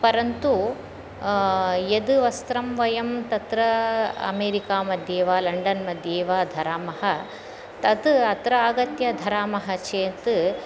परन्तु यद् वस्त्रं वयं तत्र अमेरिकामध्ये वा लण्डन्मध्ये वा धरामः तत् अत्र आगत्य धरामः चेत्